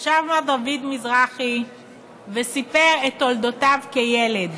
ישב מר דוד מזרחי וסיפר את תולדותיו כילד,